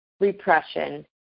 repression